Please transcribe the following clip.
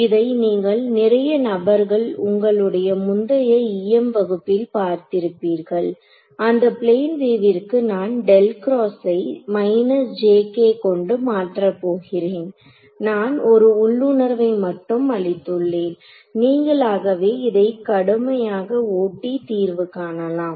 இதை நீங்கள் நிறைய நபர்கள் உங்களுடைய முந்தைய EM வகுப்பில் பார்த்திருப்பீர்கள் அந்த பிளேன் வேவிற்கு நான் ஐ கொண்டு மாற்றப் போகிறேன் நான் ஒரு உள்ளுணர்வை மட்டும் அளித்துள்ளேன் நீங்களாகவே இதை கடுமையாக ஓட்டி தீர்வு காணலாம்